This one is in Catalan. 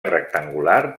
rectangular